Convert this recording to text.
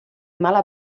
mala